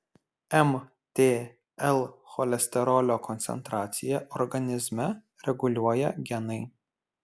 mtl cholesterolio koncentraciją organizme reguliuoja genai